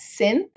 Synth